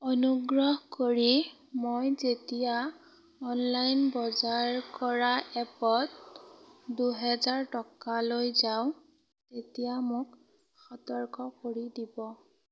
অনুগ্ৰহ কৰি মই যেতিয়া অনলাইন বজাৰ কৰা এপত দুহেজাৰ টকালৈ যাওঁ তেতিয়া মোক সতৰ্ক কৰি দিব